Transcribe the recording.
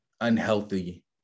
unhealthy